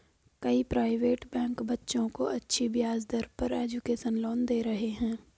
कई private bank बच्चों को अच्छी ब्याज दर पर एजुकेशन लोन दे रहे है